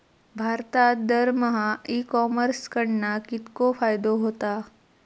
भारतात दरमहा e commerce कडणा कितको फायदो होता?